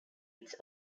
its